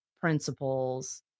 principles